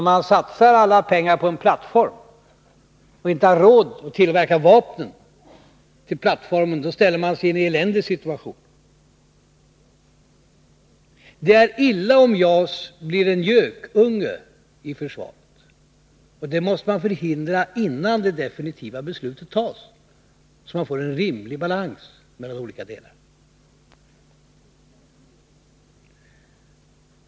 Om man satsar alla pengar på en plattform och inte har råd att tillverka vapnen till den ställer man sig i en eländig situation. 93 Det är illa om JAS blir en gökunge i försvaret, och det måste man förhindra innan det definitiva beslutet tas, så att man får rimlig balans mellan olika delar.